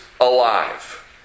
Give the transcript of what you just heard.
Alive